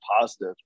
positive